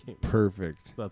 perfect